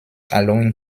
allowing